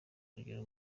kugira